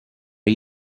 are